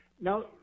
now